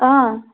अँ